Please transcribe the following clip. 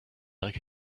like